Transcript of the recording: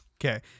Okay